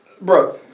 Bro